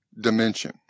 dimension